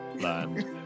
land